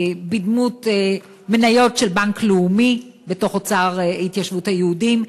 בדמות מניות של בנק לאומי בתוך "אוצר התיישבות היהודים",